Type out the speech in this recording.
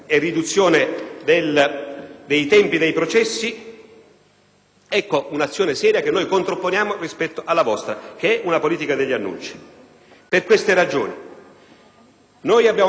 di un'azione seria che noi intendiamo contrapporre alla vostra, che è una politica degli annunci. Per tali ragioni abbiamo presentato e sosterremo un complesso di emendamenti